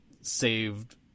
saved